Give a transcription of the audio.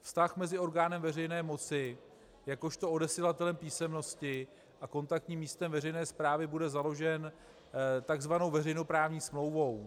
Vztah mezi orgánem veřejné moci jakožto odesilatelem písemnosti a kontaktním místem veřejné správy bude založen takzvanou veřejnoprávní smlouvou.